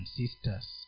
sisters